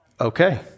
Okay